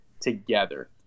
together